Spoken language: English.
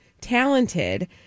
talented